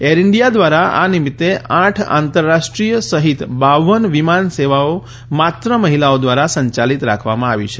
air India ધ્વારા આ નિમિત્તે આઠ આંતરરાષ્ટ્રીય સહિત બાવન વિમાન સેવાઓ માત્ર મહિલાઓ ધ્વારા સંયાલિત રાખવામાં આવી છે